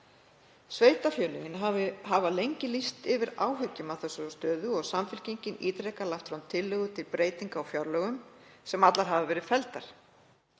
Sveitarfélögin hafa lengi lýst yfir áhyggjum af þessari stöðu og Samfylkingin ítrekað lagt fram tillögur til breytinga á fjárlögum sem allar hafa verið felldar.